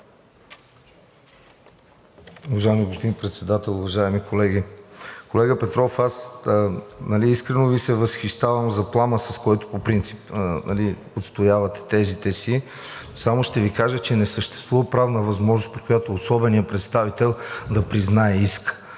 Уважаеми господин Председател, уважаеми колеги! Колега Петров, аз искрено Ви се възхищавам за плама, с който по принцип отстоявате тезите си. Само ще Ви кажа, че не съществува правна възможност, при която особеният представител да признае иск.